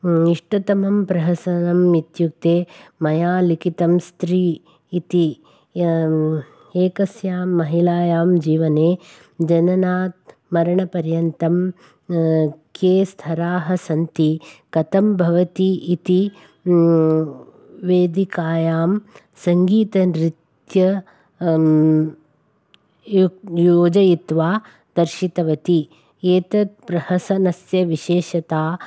इष्टतमं प्रहसनं इत्युक्ते मया लिखितं स्त्री इति एकस्यां महिलायां जीवने जननात् मरणपर्यंन्तं के स्तराः सन्ति कथं भवति इति वेदिकायां सङ्गीतनृत्य यु योजयित्वा दर्शितवती एतत् प्रहसनस्य विशेषता